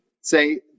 say